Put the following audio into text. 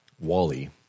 Wally